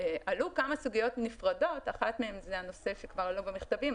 עלו כמה סוגיות נפרדות; אחת מהן זה הנושא שכבר עלה במכתבים,